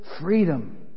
freedom